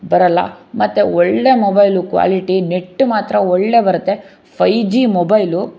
ಬರೋಲ್ಲ ಮತ್ತು ಒಳ್ಳೆ ಮೊಬೈಲು ಕ್ವಾಲಿಟಿ ನೆಟ್ ಮಾತ್ರ ಒಳ್ಳೆ ಬರುತ್ತೆ ಫೈ ಜಿ ಮೊಬೈಲು